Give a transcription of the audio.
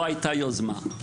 לא הייתה יוזמה.